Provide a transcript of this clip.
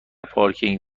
پارکینگ